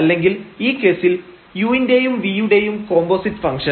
അല്ലെങ്കിൽ ഈ കേസിൽ u ന്റെയും v യുടെയും കോമ്പോസിറ്റ് ഫംഗ്ഷൻ